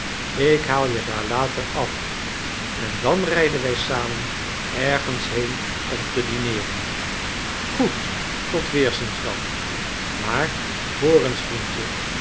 ik haal je daar later af en dan rijden wij samen ergens heen om te dineeren goed tot weerziens dan maar hoor eens vriendje